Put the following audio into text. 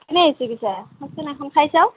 কেনে হৈছে পিঠা চাওঁচোন এখন খাই চাওঁ